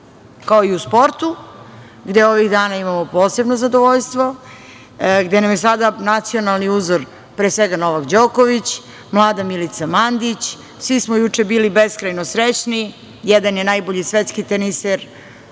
kao i u sportu gde ovih dana imamo posebno zadovoljstvo, gde su nam sada nacionalni uzori Novak Đoković, mlada Milica Mandić. Svi smo juče bili beskrajno srećni. Jedan je najbolji svetski teniser.